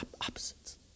Opposites